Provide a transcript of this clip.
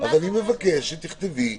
מבקש שתכתבתי